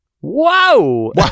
Whoa